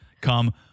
come